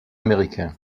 américain